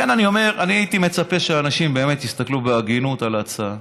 לכן אני מצפה שאנשים יסתכלו בהגינות על ההצעה.